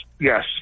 Yes